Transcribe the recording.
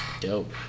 dope